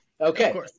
okay